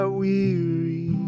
weary